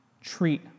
treat